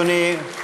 אדוני,